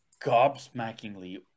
gobsmackingly